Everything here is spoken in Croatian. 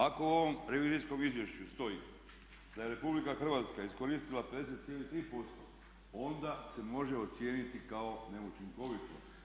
Ako u ovom revizijskom izvješću stoji da je RH iskoristila 50,3% onda se može ocijeniti kao neučinkovito.